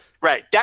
Right